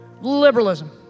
liberalism